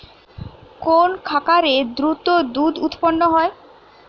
কোন খাকারে দ্রুত দুধ উৎপন্ন করে?